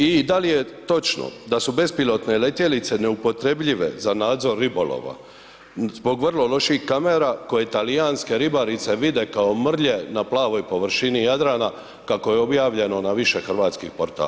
I da li je točno da su bespilotne letjelice neupotrebljive za nadzor ribolova zbog vrlo loših kamera koje talijanske ribarice vide kao mrlje na plavoj površini Jadrana kako je objavljeno na više hrvatskih portala?